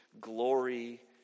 glory